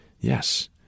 Yes